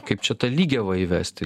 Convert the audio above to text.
kaip čia tą lygiavą įvesti